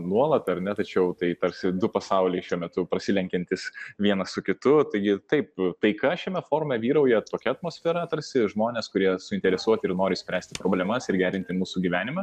nuolat ar ne tačiau tai tarsi du pasauliai šiuo metu prasilenkiantys vienas su kitu taigi taip taika šiame forume vyrauja tokia atmosfera tarsi žmonės kurie suinteresuoti ir nori spręsti problemas ir gerinti mūsų gyvenimą